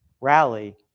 rally